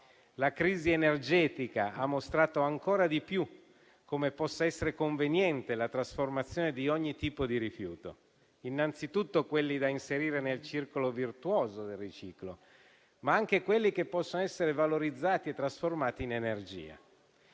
La crisi energetica ha mostrato ancora di più come possa essere conveniente la trasformazione di ogni tipo di rifiuto: innanzitutto quelli da inserire nel circolo virtuoso del riciclo, ma anche quelli che possono essere valorizzati e trasformati in energia.